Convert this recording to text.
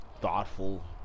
thoughtful